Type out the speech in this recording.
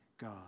God